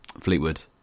Fleetwood